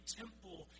temple